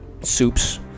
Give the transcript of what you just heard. soups